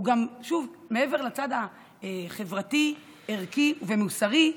שוב, מעבר לצד החברתי, ערכי ומוסרי,